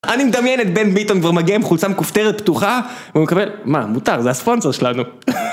אני מדמיין את בן ביטון כבר מגיע עם חולצה מכופתרת פתוחה, ומקבל, מה, מותר, זה הספונסר שלנו.